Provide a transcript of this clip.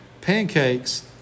pancakes